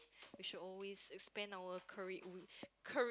we should always expand our career car~